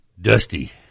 dusty